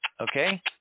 Okay